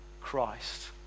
Christ